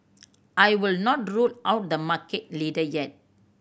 I would not rule out the market leader yet